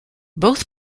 both